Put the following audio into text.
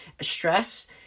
Stress